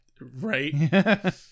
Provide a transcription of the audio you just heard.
Right